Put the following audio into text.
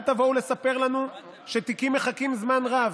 אל תבואו לספר לנו שתיקים מחכים זמן רב,